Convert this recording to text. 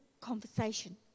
conversation